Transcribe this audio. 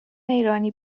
ایرانی